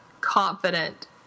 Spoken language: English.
confident